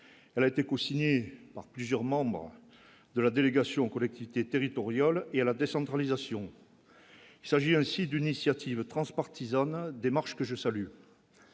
elle a été cosignée par plusieurs membres de la délégation aux collectivités territoriales et à la décentralisation. Il s'agit aussi d'une initiative transpartisane démarche que je salue